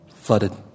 flooded